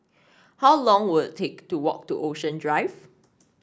how long will it take to walk to Ocean Drive